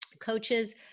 coaches